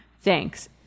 Thanks